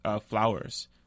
flowers